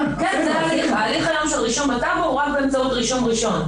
היום הליך רישום בטאבו הוא רק באמצעות רישום ראשון.